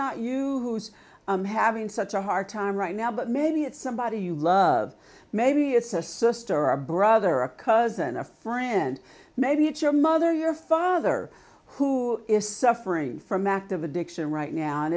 not you who is having such a hard time right now but maybe it's somebody you love maybe it's a sister or brother or a cousin a friend maybe it's your mother your father who is suffering from active addiction right now and